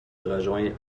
rejoint